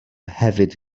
hefyd